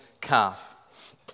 calf